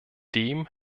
dem